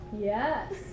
Yes